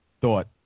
thought